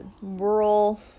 rural